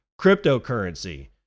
cryptocurrency